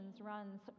runs